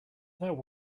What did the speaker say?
that